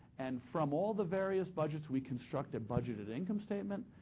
and from all the various budgets we constructed, budgeted income statement,